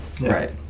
Right